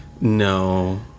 no